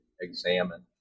examine